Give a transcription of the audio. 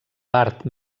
part